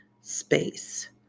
space